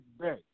day